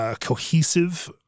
Cohesive